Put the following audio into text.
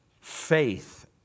Faith